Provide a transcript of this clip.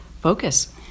focus